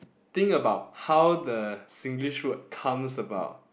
think about how the Singlish word comes about